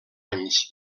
anys